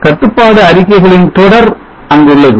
கட்டுப்பாடு அறிக்கைகளின் தொடர் அங்குள்ளது